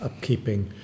upkeeping